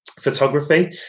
photography